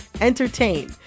entertain